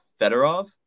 Fedorov